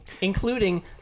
including